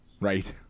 right